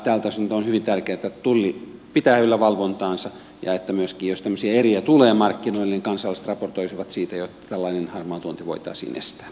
tältä osin on hyvin tärkeätä että tulli pitää yllä valvontaansa ja että myöskin jos tämmöisiä eriä tulee markkinoille kansalaiset raportoisivat siitä jotta tällainen harmaatuonti voitaisiin estää